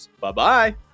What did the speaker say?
Bye-bye